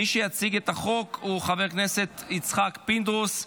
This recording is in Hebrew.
מי שיציג את החוק הוא חבר הכנסת יצחק פינדרוס,